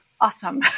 Awesome